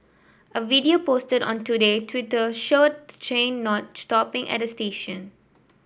a video posted on Today Twitter showed the train not stopping at the station